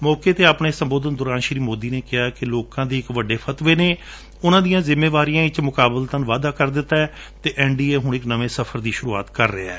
ਮੌਕੇ ਤੇ ਆਪਣੇ ਸੰਬੋਧਨ ਦੌਰਾਨ ਸ਼ੀ ਮੋਦੀ ਨੇ ਕਿਹਾ ਕਿ ਲੋਕਾਂ ਦੇ ਇੱਕ ਵੱਡੇ ਫਤਵੇ ਨੇ ਉਨਾਂ ਦੀਆਂ ਜਿਮੇਦਾਰੀਆਂ ਵਿਚ ਵੀ ਮੁਕਾਬਲਤਨ ਵਾਧਾ ਕਰ ਦਿੱਤੈ ਅਤੇ ਐਨਡੀੲ ਹੁਣ ਇੱਕ ਨਵੇਂ ਸਫਰ ਦੀ ਸ਼ੁਰੂਆਤ ਕਰ ਰਿਹੈ